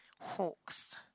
hawks